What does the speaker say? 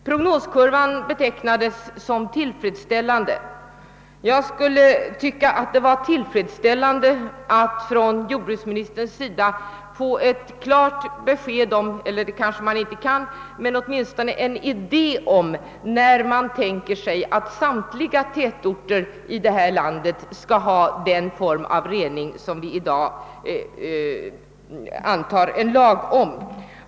Prognoskurvan betecknades som tillfredsställande. Jag skulle tycka att det vore tillfredsställande att från jordbruksministern få ett klart besked eller minstone en idé om när man tänker sig att samtliga tätorter i detta land skall ha den form av rening som vi i dag antar en lag om.